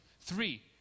Three